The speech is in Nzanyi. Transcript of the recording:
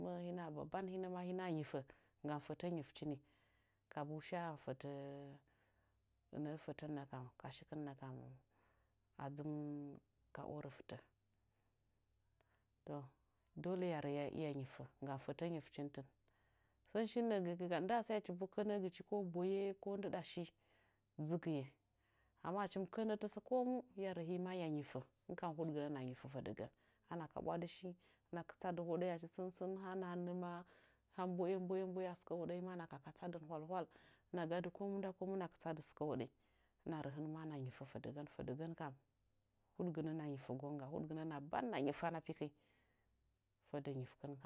Hɨna baban hɨna ma hinə nyifə gam fətə nyifchini. Kabu sha fətə nə'ə fətən nə kam ka shikɨn nəkam a dzɨmɨn ka orə fɨtə to dole hɨya rə hɨya nyifə gam fətə nyifchintɨtɨn sən shin nəə gəgəga ndɨɗa saəchi bo kənə gɨch ko boye ko ndɨɗa shi dzɨgɨye amma achi mɨ kə nə'ə tasə komu hima hɨyarə hɨya nyifə hɨn kam huɗgɨnə hɨna nyifə fədəgən hana kabwadɨshin hɨna kɨtsadɨ honɗənyi achi sən ha nahannə ma ha mboəmbo'ə a sɨkə hoɗə ma hɨna katsadɨn hwalhwal hɨna gadɨ komu nda ko mu hɨna kɨta sadɨ sɨkə hoɗənyi hɨnarə hɨn ma hɨna nyifə fədəgən fədəgən kam huɗgɨnə hɨna nyifə gonga huɗgɨnə hɨna ban hɨna nyifana pikinyi fədə nyifkɨnwa.